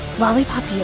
lollipop